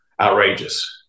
outrageous